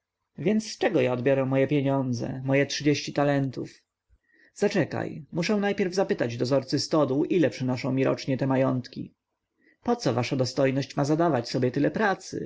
więc z czego ja odbiorę moje pieniądze moje trzydzieści talentów zaczekaj muszę najpierw zapytać dozorcy stodół ile przynoszą mi rocznie te majątki poco wasza dostojność ma zadawać sobie tyle pracy